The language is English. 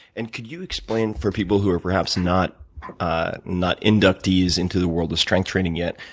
and could you explain for people who are perhaps not ah not inductees into the world of strength training yet,